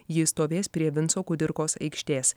jis stovės prie vinco kudirkos aikštės